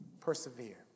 persevere